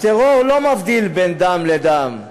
הטרור לא מבדיל בין דם לדם.